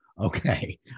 Okay